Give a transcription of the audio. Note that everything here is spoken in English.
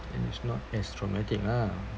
and it's not as traumatic lah